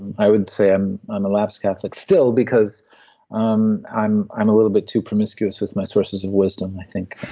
and i would say i'm i'm a lapsed catholic still because um i'm i'm a little bit too promiscuous with my sources of wisdom, i think.